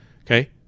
okay